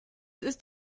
ist